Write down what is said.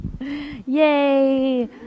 Yay